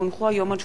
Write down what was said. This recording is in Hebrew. אין.